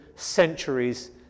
centuries